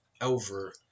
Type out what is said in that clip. over